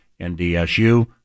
NDSU